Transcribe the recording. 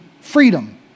freedom